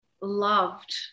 loved